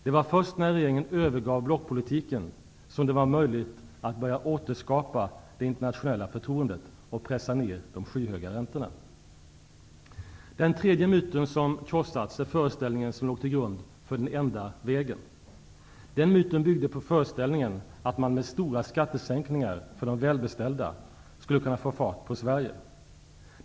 Det var först när regeringen övergav blockpolitiken som det var möjligt att börja återskapa det internationella förtroendet och pressa ned de skyhöga räntorna. Den tredje myt som krossats är de föreställningar som låg till grund för ''den enda vägen''. Den myten byggde på föreställningarna om att man med stora skattesänkningar för de välbeställda skulle kunna få fart på Sverige.